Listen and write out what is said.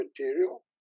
material